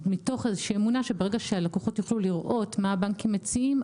מתוך איזושהי אמונה שברגע שהלקוחות יוכלו לראות מה הבנקים מציעים,